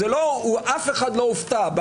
אף אחד לא הופתע.